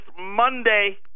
Monday